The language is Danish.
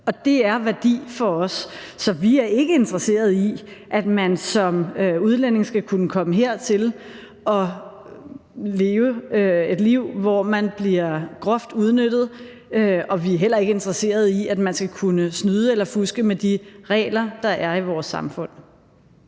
og det er værdi for os. Så vi er ikke interesserede i, at man som udlænding skal kunne komme hertil og leve et liv, hvor man bliver groft udnyttet. Og vi er heller ikke interesserede i, at man skal kunne snyde eller fuske med de regler, der er i vores samfund.